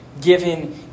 given